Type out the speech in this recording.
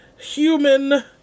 human